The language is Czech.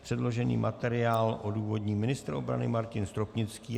Předložený materiál odůvodní ministr obrany Martin Stropnický.